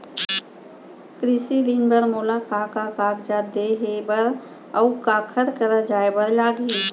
कृषि ऋण बर मोला का का कागजात देहे बर, अऊ काखर करा जाए बर लागही?